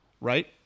Right